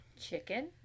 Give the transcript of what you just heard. Chicken